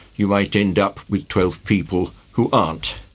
you might end up with twelve people who aren't.